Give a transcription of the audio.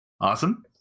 Awesome